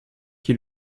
qui